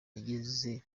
yagize